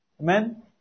Amen